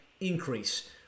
increase